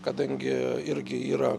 kadangi irgi yra